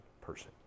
person